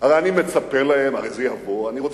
הרי אני מצפה להן, הרי זה יבוא.